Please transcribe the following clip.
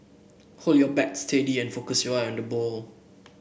hold your bat steady and focus your eyes on the ball